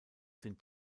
sind